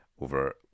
over